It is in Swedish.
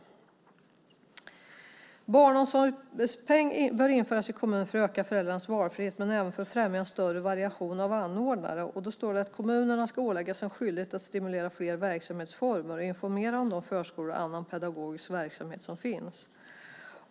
Vidare sägs i svaret att barnomsorgspeng bör införas i kommunerna för att öka föräldrarnas valfrihet men även för att främja större variation av anordnare. Kommunerna ska åläggas en skyldighet att stimulera fler verksamhetsformer och informera om de förskolor och annan pedagogisk verksamhet som finns.